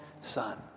son